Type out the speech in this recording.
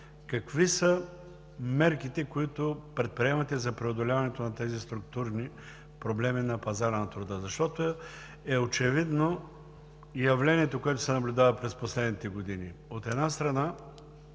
какви са мерките, които предприемате, за преодоляването на тези структурни проблеми на пазара на труда? Защото е очевидно явлението, което се наблюдава през последните години. От една страна,